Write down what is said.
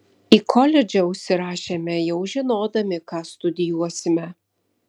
į koledžą užsirašėme jau žinodami ką studijuosime